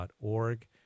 org